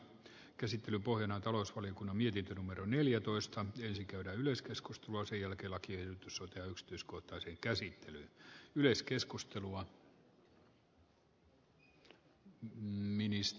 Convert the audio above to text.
käsittelyn pohjanatalousvaliokunnan mietintö numero neljätoista ensin käydä yleiskeskustelua seija mäkeläkin sotkea yksityiskohtaisen käsittelyn arvoisa puhemies